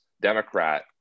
Democrat